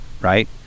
right